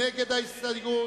נושא השוויון.